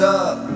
up